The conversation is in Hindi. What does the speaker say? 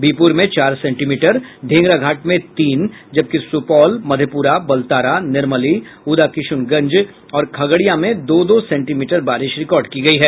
बिहपुर में चार सेंटीमीटर ढेंगरा घाट में तीन जबकि सुपौल मधेपुरा बलतारा निर्मली उदाकिशुनगंज और खगड़िया में दो दो सेंटीमीटर बारिश रिकार्ड की गयी है